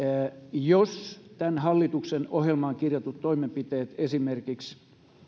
jos tämän hallituksen ohjelmaan kirjatut toimenpiteet esimerkiksi